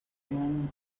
can